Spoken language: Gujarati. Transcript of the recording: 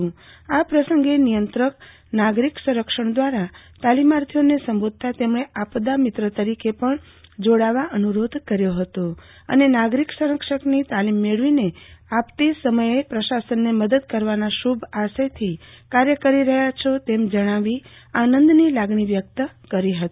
આ પ્રસંગે નિયંત્રક નાગરિક સંરક્ષણ દ્વારા તાલીમાર્થીઓને સંબોધતાં તેમણે આપદા મિત્ર તરીકે પણ જોડાવવા અનુરોધ કર્યો હતો અને નાગરિક સંરક્ષકની તાલીમ મેળવીને આપતી સમયે પ્રશાસનને મદદ કરવાના શુભ આશયથી કાર્ય કરી રહ્યા છો તેમ જણાવી આનંદની લાગણી વ્યક્ત કરી હતી